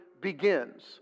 begins